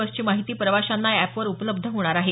बसची माहिती प्रवाशांना या अॅपवर उपलब्ध होणार आहे